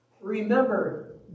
Remember